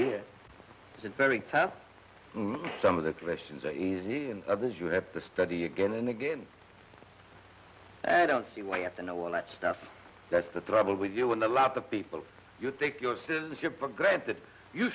here is a very tough some of the questions are easy and others you have to study again and again it's i don't see why you have to know all that stuff that's the trouble with you with a lot of people you take your citizenship for granted you